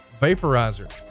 vaporizer